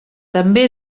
també